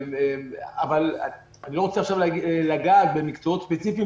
אני לא רוצה עכשיו לגעת במקצועות ספציפיים